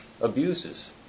abuses